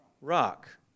rock